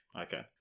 Okay